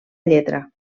lletra